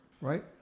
right